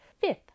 fifth